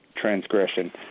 transgression